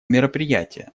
мероприятия